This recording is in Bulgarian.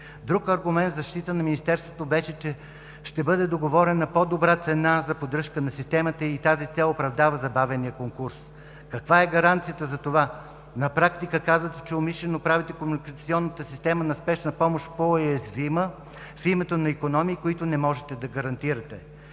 Друг аргумент в защита на Министерството беше, че ще бъде договорена по-добра цена за поддръжка на системата, и тази цел оправдава забавения конкурс. Каква е гаранцията за това? На практика казвате, че умишлено правите комуникационната система на спешна помощ по-уязвима в името на икономии, които не можете да гарантиране.